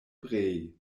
brej